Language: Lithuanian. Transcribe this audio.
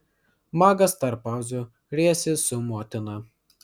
magas tarp pauzių riejasi su motina